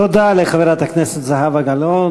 תודה לחברת הכנסת זהבה גלאון,